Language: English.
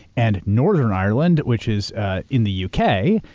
and northern ireland, which is in the u. k,